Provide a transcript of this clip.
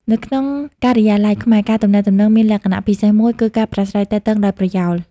នៅក្នុងការិយាល័យខ្មែរ ការទំនាក់ទំនងមានលក្ខណៈពិសេសមួយ គឺការប្រាស្រ័យទាក់ទងដោយប្រយោល។